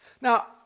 Now